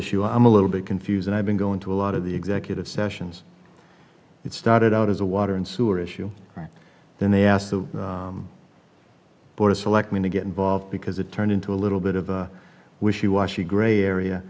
issue i'm a little bit confused and i've been going to a lot of the executive sessions it started out as a water and sewer issue and then they asked the for a select mean to get involved because it turned into a little bit of a wishy washy gray area